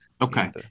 Okay